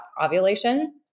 ovulation